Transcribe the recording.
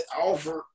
Alfred